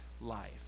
life